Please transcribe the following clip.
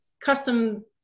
custom